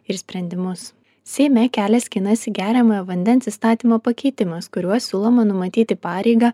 ir sprendimus seime kelią skinasi geriamojo vandens įstatymo pakeitimas kuriuo siūloma numatyti pareigą